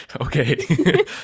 Okay